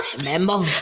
Remember